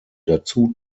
dazu